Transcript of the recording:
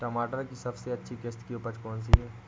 टमाटर की सबसे अच्छी किश्त की उपज कौन सी है?